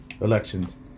Elections